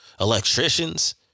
electricians